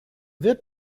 wird